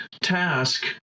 task